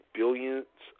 billions